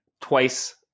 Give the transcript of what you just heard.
twice